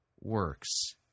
works